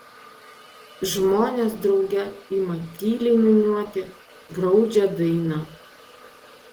žmonės drauge ima tyliai niūniuoti graudžią dainą